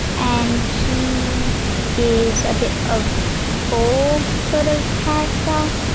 and he is a bit of four sort of character.